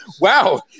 wow